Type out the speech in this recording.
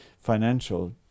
financial